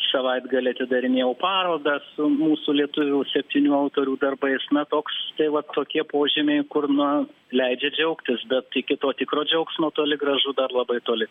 savaitgalį atidarinėjau parodą su mūsų lietuvių septynių autorių darbais na toks tai va tokie požymiai kur na leidžia džiaugtis bet iki to tikro džiaugsmo toli gražu dar labai toli